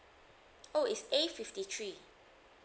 oh it's A fifty three